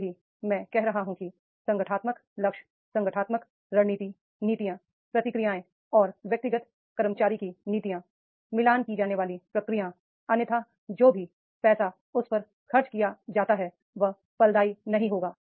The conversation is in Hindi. शुरू से ही मैं कह रहा हूं कि संगठनात्मक लक्ष्य संगठनात्मक रणनीति नीतियां प्रक्रियाएं और व्यक्तिगत कर्मचारी की नीतियां मिलान की जाने वाली प्रक्रियाएं अन्यथा जो भी पैसा उस पर खर्च किया जाता है वह फलदायी नहीं होगा